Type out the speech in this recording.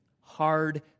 hard